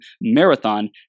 marathon